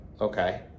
okay